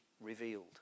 revealed